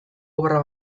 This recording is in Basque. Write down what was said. obra